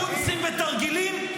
-- בקונצים ותרגילים.